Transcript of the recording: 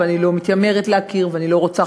אני לא מתיימרת להכיר ואני לא רוצה,